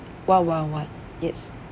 one one one yes